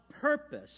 purpose